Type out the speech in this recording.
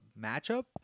matchup